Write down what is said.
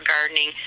gardening